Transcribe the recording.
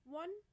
one